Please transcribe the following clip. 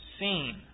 seen